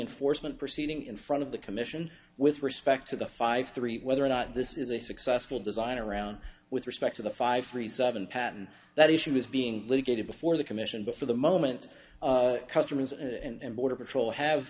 ongoing foresman proceeding in front of the commission with respect to the five three whether or not this is a successful design around with respect to the five three seven patent that issue is being litigated before the commission but for the moment customs and border patrol have